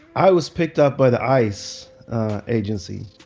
i was picked up by the ice agency.